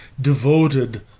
devoted